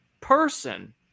person